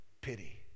pity